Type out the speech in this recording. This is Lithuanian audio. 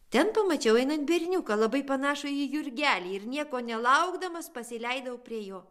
ten pamačiau einant berniuką labai panašų į jurgelį ir nieko nelaukdamas pasileidau prie jo